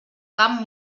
camp